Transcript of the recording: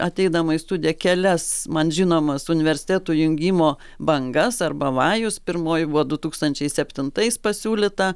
ateidama į studiją kelias man žinomas universitetų jungimo bangas arba vajus pirmoji buvo du tūkstančiai septintais pasiūlyta